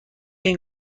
این